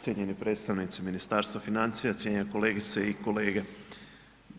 Cijenjeni predstavnici Ministarstva financija, cijenjene kolegice i kolege,